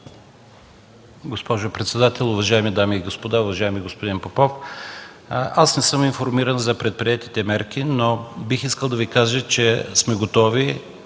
Госпожо председател, уважаеми дами и господа, уважаеми господин Попов! Не съм информиран за предприетите мерки, но бих искал да Ви кажа, че сме готови